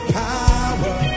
power